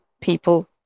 people